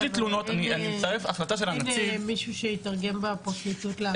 אבל אין מישהו שיתרגם בפרקליטות לערבית?